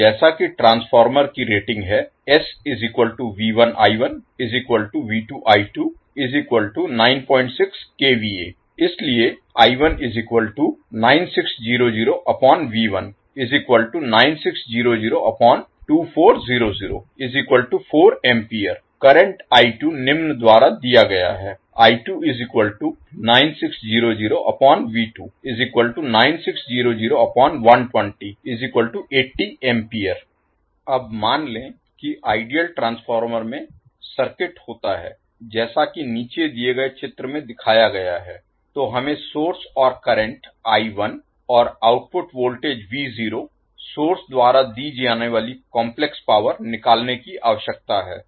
तो जैसा कि ट्रांसफार्मर की रेटिंग है इसलिये करंट निम्न द्वारा दिया गया है अब मान लें कि आइडियल ट्रांसफार्मर में सर्किट होता है जैसा कि नीचे दिए गए चित्र में दिखाया गया है तो हमें सोर्स करंट और आउटपुट वोल्टेज सोर्स द्वारा दी जाने वाली काम्प्लेक्स पावर निकालने की आवश्यकता है